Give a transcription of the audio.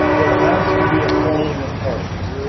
there has to be a falling apart.